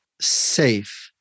safe